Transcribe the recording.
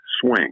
swing